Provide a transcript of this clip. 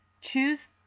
choose